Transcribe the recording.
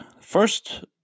first